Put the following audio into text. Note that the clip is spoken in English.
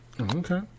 okay